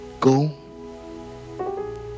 go